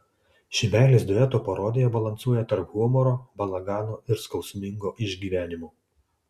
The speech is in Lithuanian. ši meilės dueto parodija balansuoja tarp humoro balagano ir skausmingo išgyvenimo